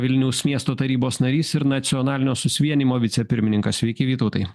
vilniaus miesto tarybos narys ir nacionalinio susivienijimo vicepirmininkas sveiki vytautai